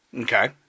Okay